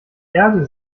erde